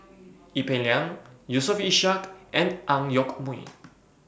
Ee Peng Liang Yusof Ishak and Ang Yoke Mooi